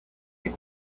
que